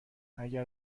اگر